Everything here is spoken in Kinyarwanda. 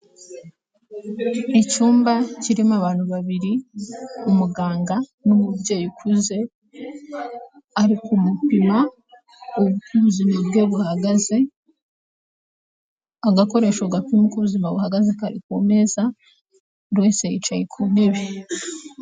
Icyumba kirimo abantu babiri, umuganga n'umubyeyi ukuze, ari kumupima uko ubuzima bwe buhagaze, agakoresho gapima uko ubuzima buhagaze kari ku meza, buri wese yicaye ku ntebe.